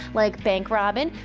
like bank robbin',